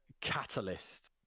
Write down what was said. catalyst